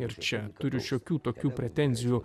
ir čia turiu šiokių tokių pretenzijų